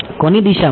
કોની દિશા મળશે